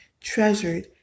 treasured